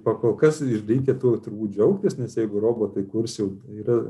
pakol kas ir reikia tuo turbūt džiaugtis nes jeigu robotai kurs jau yra